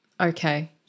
Okay